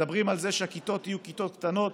מדברים על זה שהכיתות יהיו כיתות קטנות,